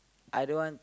I don't want